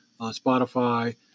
spotify